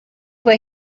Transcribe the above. what